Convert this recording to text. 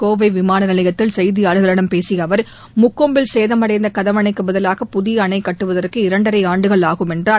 கோவை விமான நிலையத்தில் செய்தியாளர்களிடம் பேசிய அவர் முக்கொம்பில் சேதமடைந்த கதவணைக்குப் பதிலாக புதிய அணை கட்டுவதற்கு இரண்டரை ஆண்டுகள் ஆகும் என்றார்